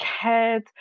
cared